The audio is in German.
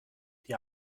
die